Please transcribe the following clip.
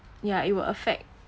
ya it will affect